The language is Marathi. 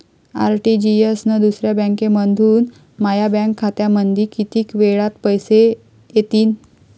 आर.टी.जी.एस न दुसऱ्या बँकेमंधून माया बँक खात्यामंधी कितीक वेळातं पैसे येतीनं?